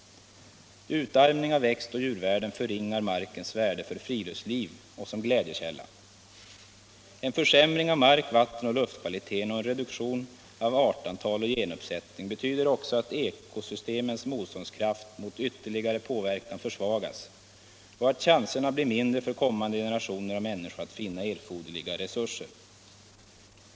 Utarmning av växt och djurvärlden förringar markens värde för friluftsliv och som glädjekälla. En försämring av mark-, vatten och luftkvaliteten och en reduktion av artantal och genuppsättning betyder också att ekosystemens motståndskraft mot ytterligare påverkan försvagas och att chanserna blir mindre för kommande generationer av människor att finna erforderliga resurser.